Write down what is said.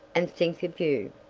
and think of you.